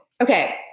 Okay